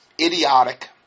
idiotic